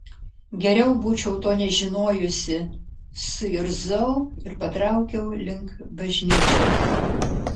geriau būčiau to nežinojusi suirzau ir patraukiau link bažnyčios